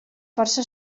força